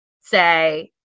say